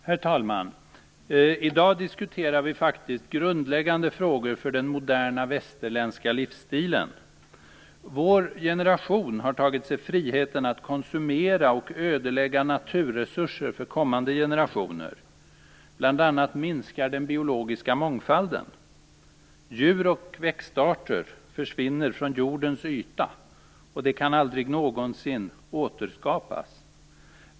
Herr talman! I dag diskuterar vi faktiskt grundläggande frågor för den moderna västerländska livsstilen. Vår generation har tagit sig friheten att konsumera och ödelägga naturresurser för kommande generationer. Bl.a. minskar den biologiska mångfalden. Djur och växtarter försvinner från jordens yta, och de kan aldrig någonsin återskapas.